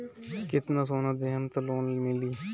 कितना सोना देहम त लोन मिली?